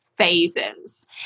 phases